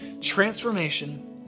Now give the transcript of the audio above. Transformation